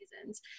reasons